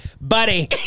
buddy